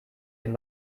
dem